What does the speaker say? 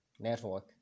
network